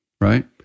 Right